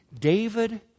David